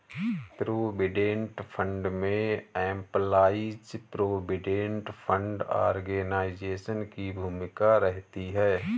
provident fund में employees provident fund organisation की भूमिका रहती है